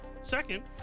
Second